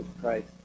Christ